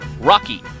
Rocky